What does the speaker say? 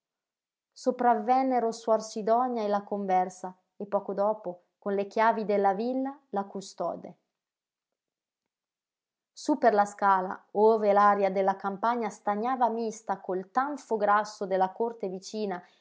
scoperto all'improvviso sopravvennero suor sidonia e la conversa e poco dopo con le chiavi della villa la custode sú per la scala ove l'aria della campagna stagnava mista col tanfo grasso della corte vicina